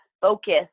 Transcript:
focus